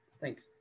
Thanks